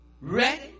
ready